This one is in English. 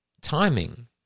Timing